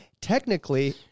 technically